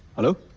hello.